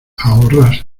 ahorras